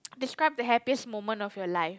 describe the happiest moment of your life